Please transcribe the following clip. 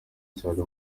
cyane